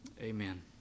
Amen